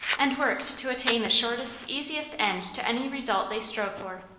and worked to attain the shortest, easiest end to any result they strove for.